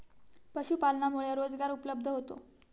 पशुपालनामुळे रोजगार उपलब्ध होतो